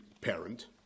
parent